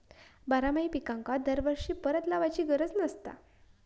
बारमाही पिकांका दरवर्षी परत लावायची गरज नसता